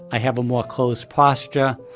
i have a more closed posture.